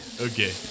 Okay